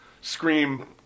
scream